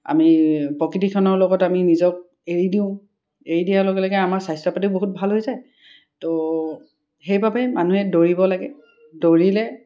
আমি প্ৰকৃতিখনৰ লগত আমি নিজক এৰি দিওঁ এৰি দিয়াৰ লগে লগে আমাৰ স্বাস্থ্য পাতিও বহুত ভাল হৈ যায় তো সেইবাবে মানুহে দৌৰিব লাগে দৌৰিলে